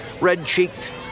Red-cheeked